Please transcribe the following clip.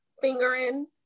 fingering